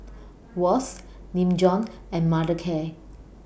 Wall's Nin Jiom and Mothercare